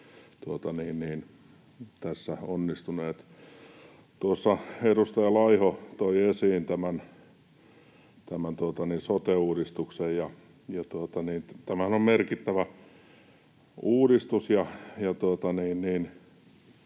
tässä onnistuneet. Tuossa edustaja Laiho toi esiin tämän sote-uudistuksen, ja tämähän on merkittävä uudistus.